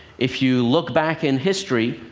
if you look back in history,